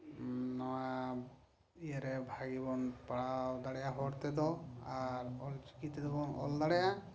ᱩᱸ ᱱᱚᱶᱟ ᱤᱭᱟᱹᱨᱮ ᱵᱷᱟᱹᱜᱤ ᱵᱚᱱ ᱯᱟᱲᱦᱟᱣ ᱫᱟᱲᱮᱭᱟᱜᱼᱟ ᱦᱚᱲ ᱛᱮᱫᱚ ᱟᱨ ᱚᱞᱪᱤᱠᱤ ᱛᱮᱫᱚ ᱵᱚᱱ ᱚᱞ ᱫᱟᱲᱮᱭᱟᱜᱼᱟ